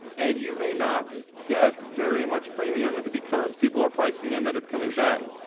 and you may not get very much premium because people are pricing in that it's coming back.